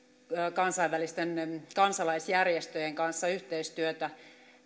kansainvälisten kansalaisjärjestöjen kanssa yhteistyötä